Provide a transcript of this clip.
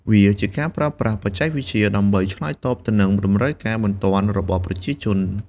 វាជាការប្រើប្រាស់បច្ចេកវិទ្យាដើម្បីឆ្លើយតបទៅនឹងតម្រូវការបន្ទាន់របស់ប្រជាជន។